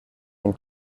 den